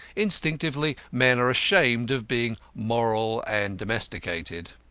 instinctively men are ashamed of being moral and domesticated.